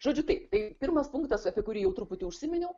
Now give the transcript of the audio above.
žodžiu taip tai pirmas punktas apie kurį jau truputį užsiminiau